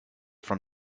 from